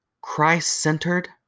Christ-centered